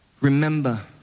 Remember